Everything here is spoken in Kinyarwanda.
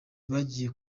bagiye